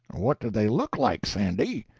what did they look like, sandy?